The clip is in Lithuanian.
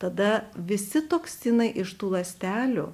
tada visi toksinai iš tų ląstelių